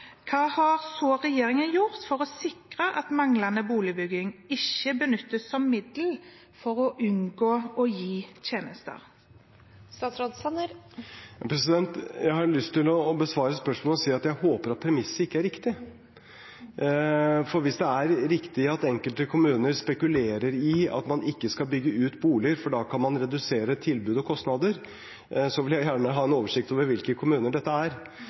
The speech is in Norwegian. Hva har regjeringen gjort for å sikre at manglende boligbygging ikke benyttes som middel for å unngå å gi tjenester? Jeg har lyst til å besvare spørsmålet med å si at jeg håper at premisset ikke er riktig. Hvis det er riktig at enkelte kommuner spekulerer i at man ikke skal bygge ut boliger, for da kan man redusere tilbudet og kostnader, vil jeg gjerne ha en oversikt over hvilke kommuner dette er.